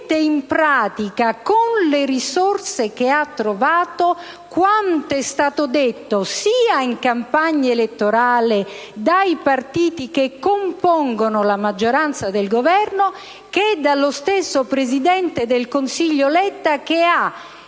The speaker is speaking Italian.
in pratica, con le risorse trovate, quanto è stato detto non solo in campagna elettorale dai partiti che compongono la maggioranza di Governo, ma anche dallo stesso presidente del Consiglio Letta,